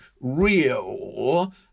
real